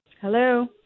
Hello